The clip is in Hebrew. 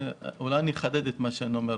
אולי אחדד את מה שאני אומר.